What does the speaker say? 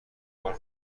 کاری